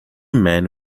men